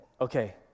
okay